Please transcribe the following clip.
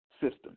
system